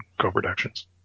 co-productions